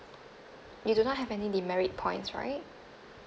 you do not have any demerit points right